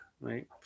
right